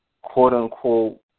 quote-unquote